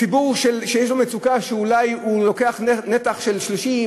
ציבור שיש לו מצוקה ואולי הוא לוקח נתח של 30%,